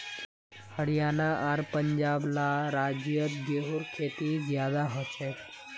हरयाणा आर पंजाब ला राज्योत गेहूँर खेती ज्यादा होछे